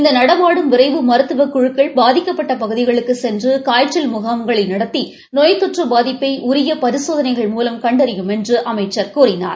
இந்த நடமாடும் விரைவு மருத்துவக் குழுக்கள் பாதிக்கப்பட்ட பகுதிகளுக்குச் சென்று காய்ச்சல் முகாம்களை நடத்தி நோய் தொற்று பாதிப்பை உரிய பரிசோதனைகள் மூலம் கண்டறியும் என்று அமைச்சர் கூறினார்